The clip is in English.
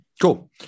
cool